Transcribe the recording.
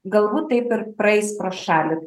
galbūt taip ir praeis pro šalį